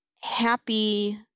happy